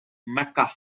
mecca